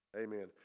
amen